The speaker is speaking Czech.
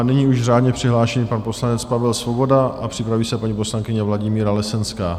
Nyní již řádně přihlášený pan poslanec Pavel Svoboda, připraví se paní poslankyně Vladimíra Lesenská.